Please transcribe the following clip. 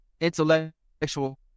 intellectual